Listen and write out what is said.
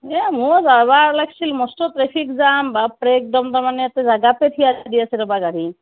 এ মই যাবা ওলেইছি মস্ত ট্ৰেফিক জাম একদম তাৰ মানে জাগাতে থিয় দি আছে ৰ'বা গাড়ী